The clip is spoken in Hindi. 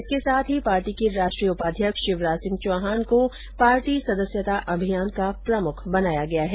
इसके साथ ही पार्टी के राष्ट्रीय उपाध्यक्ष शिवराज सिंह चौहान को पार्टी सदस्यता अभियान का प्रमुख बनाया गया है